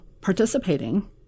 participating